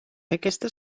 aquesta